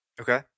Okay